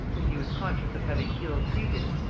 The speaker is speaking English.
whom he was conscious of having ill treated,